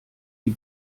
die